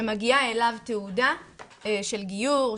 כשמגיעה אליו תעודה של גיור,